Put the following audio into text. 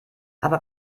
aber